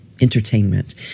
entertainment